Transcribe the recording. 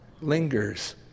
lingers